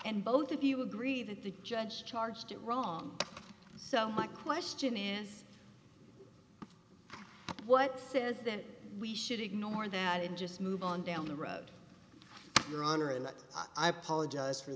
and both of you agree that the judge charged it wrong so my question is what says that we should ignore that and just move on down the road your honor and i apologize for